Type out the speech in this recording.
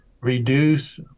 reduce